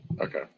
okay